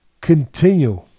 continue